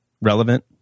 relevant